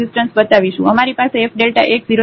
અમારી પાસે f Δ x 0 0 ઓછા f 0 0 Δ x છે